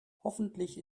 hoffentlich